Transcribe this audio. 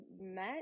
met